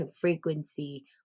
frequency